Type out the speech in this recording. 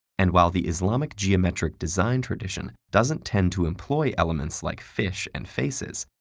and while the islamic geometric design tradition doesn't tend to employ elements like fish and faces,